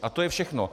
A to je všechno.